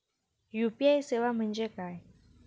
UPI सेवा म्हणजे काय?